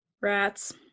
Rats